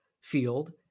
field